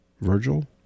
Virgil